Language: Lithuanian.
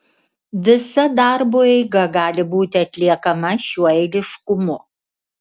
visa darbo eiga gali būti atliekama šiuo eiliškumu